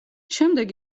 შემდეგ